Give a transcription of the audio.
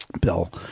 Bill